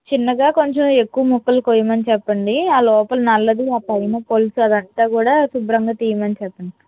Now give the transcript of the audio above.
చిన్నగా కొంచెం ఎక్కువ ముక్కలు కొయ్యమని చెప్పండి ఆ లోపల నల్లది ఆ పైన పొలుసు అదంతా కూడా శుభ్రంగా తీయమని చెప్పండి